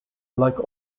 like